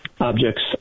objects